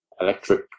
electric